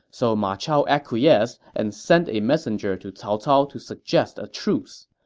so ma chao acquiesced and sent a messenger to cao cao to suggest a truce.